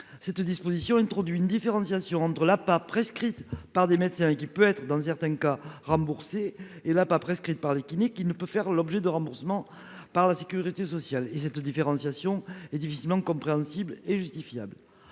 cette disposition introduit une différenciation entre la pas prescrite par des médecins qui peut être dans certains cas rembourser et là pas prescrite par les kinés qui ne peut faire l'objet de remboursement par la Sécurité sociale et cette différenciation est difficilement compréhensible et justifiable.